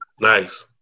Nice